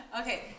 Okay